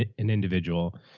an an individual.